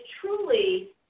truly